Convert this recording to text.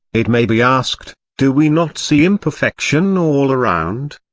it may be asked, do we not see imperfection all around?